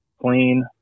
clean